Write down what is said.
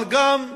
אבל גם,